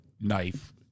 knife